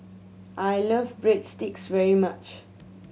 I like Breadsticks very much